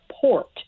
port